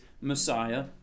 Messiah